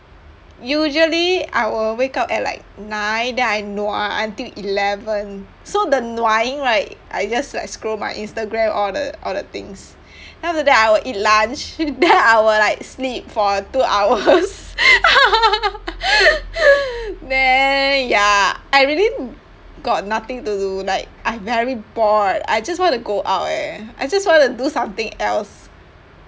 usually I will wake up at like nine then I nua until eleven so the nuaing right I just like scroll my Instagram all the all the things then after that I will eat lunch then I will like sleep for two hours then ya I really got nothing to do like I very bored I just want to go out eh I just want to do something else